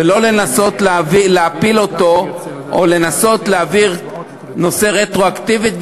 ולא לנסות להפיל אותו או לנסות להעביר את נושא הרטרואקטיביות.